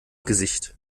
gesicht